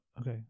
okay